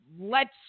lets